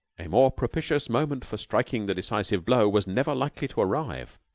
a more propitious moment for striking the decisive blow was never likely to arrive.